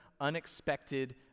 unexpected